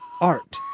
art